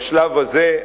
בשלב הזה,